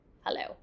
Hello